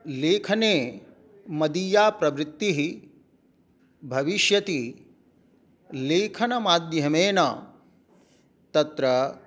लेखने मदीया प्रवृत्तिः भविष्यति लेखनमाध्यमेन तत्र